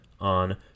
on